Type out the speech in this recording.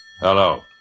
Hello